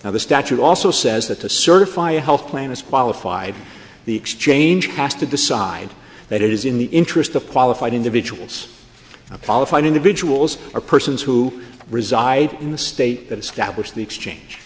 now the statute also says that to certify a health plan is qualified the exchange has to decide that it is in the interest of qualified individuals apollo fine individuals or persons who reside in the state that established the exchange